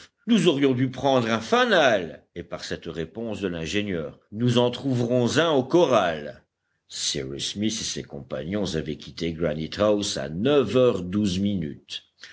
nous aurions dû prendre un fanal et par cette réponse de l'ingénieur nous en trouverons un au corral cyrus smith et ses compagnons avaient quitté granite house à neuf heures douze minutes